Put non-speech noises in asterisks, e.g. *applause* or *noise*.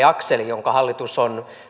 *unintelligible* akseli jonka hallitus on